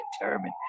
determined